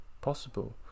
possible